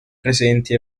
presenti